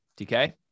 DK